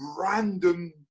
random